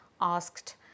asked